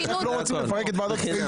אנחנו רק לא רוצים לפרק את --- הגינות,